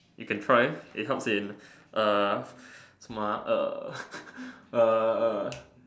you can try it helps in uh 什么 ah uh uh